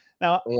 Now